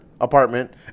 apartment